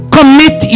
Commit